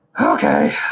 Okay